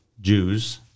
Jews